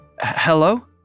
Hello